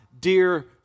dear